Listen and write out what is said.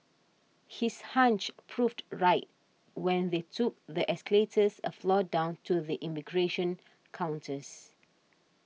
his hunch proved right when they took the escalators a floor down to the immigration counters